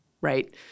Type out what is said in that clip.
right